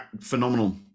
phenomenal